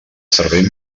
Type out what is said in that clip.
servei